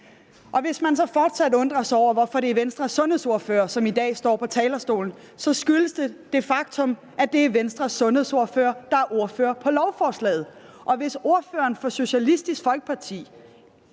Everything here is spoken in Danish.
Hvis man så fortsat undrer sig over, hvorfor det er Venstres sundhedsordfører, som i dag står på talerstolen, så kan jeg sige, at det skyldes det faktum, at det er Venstres sundhedsordfører, der er ordfører på lovforslaget. Og hvis fru Lisbeth Bech Poulsen fra Socialistisk Folkeparti